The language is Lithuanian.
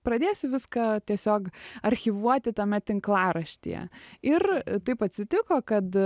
pradėsiu viską tiesiog archyvuoti tame tinklaraštyje ir taip atsitiko kad